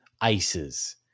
ices